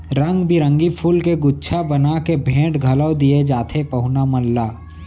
रंग बिरंगी फूल के गुच्छा बना के भेंट घलौ दिये जाथे पहुना मन ला